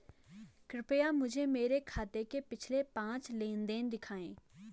कृपया मुझे मेरे खाते के पिछले पांच लेन देन दिखाएं